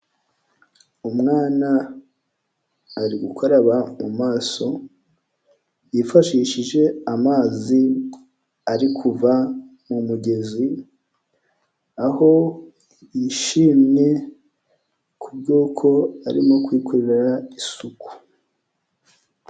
Umwana ari gukaraba mu maso, yifashishije amazi ari kuva mu mugezi, aho yishimye, ku bw'uko arimo kwikorera isuku.